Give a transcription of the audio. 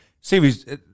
Series